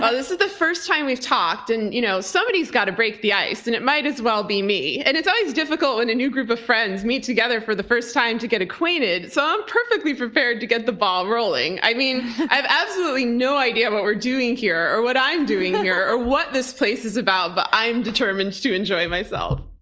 this is the first time we've talked, and you know somebody has got to break the ice, and it might as well be me. and it's always difficult when a new group of friends meet together for the first time to get acquainted, so i'm perfectly prepared to get the ball rolling. i mean, i have absolutely no idea what we're doing here or what i'm doing here or what this place is about but i'm determined to enjoy myself.